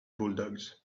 bulldogs